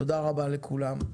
תודה רבה לכולם.